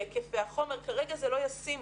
בהיקפי החומר וכרגע זה לא ישים